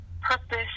purpose